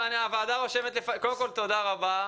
קודם כל תודה רבה.